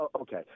Okay